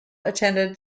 attended